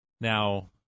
Now